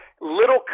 little